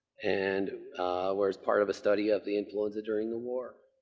and was part of a study of the influenza during the war.